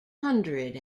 hundred